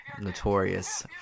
notorious